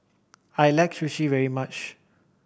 I like Sushi very much